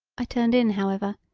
i turned in, however,